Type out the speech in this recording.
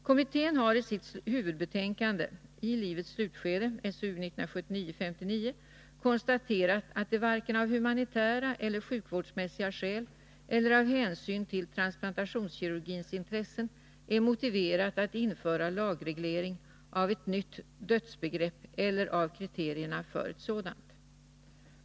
Kommittén har i sitt huvudbetänkande I livets slutskede konstaterat att det varken av humanitära eller sjukvårdsmässiga skäl eller av hänsyn till transplantationskirurgins intressen är motiverat att införa lagreglering av ett nytt dödsbegrepp eller av kriterierna för ett sådant.